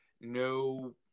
no